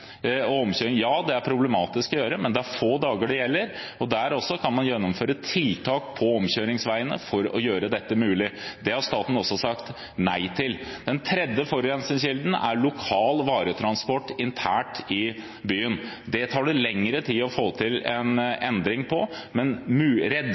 Det er det problematisk å gjøre, men det er få dager det gjelder. Man kan også innføre tiltak på omkjøringsveiene for å gjøre dette mulig. Det har staten også sagt nei til. Den tredje forurensningskilden er lokal varetransport internt i byen. Det tar det lengre tid å